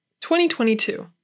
2022